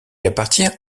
appartient